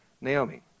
Naomi